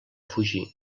fugir